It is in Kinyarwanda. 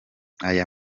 aya